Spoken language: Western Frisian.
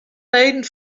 leden